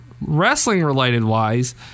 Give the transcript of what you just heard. Wrestling-related-wise